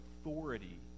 authority